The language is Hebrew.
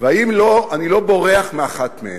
והאם אני לא בורח מאחת מהן,